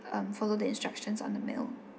um follow the instructions on the mail